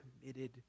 committed